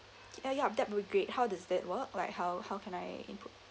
UH ya that would great how does that work like how how can I input